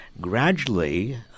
gradually